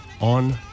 on